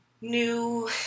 new